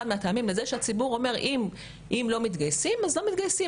מהטעמים לזה הציבור אומר: אם לא מתגייסים אז לא מתגייסים.